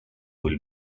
will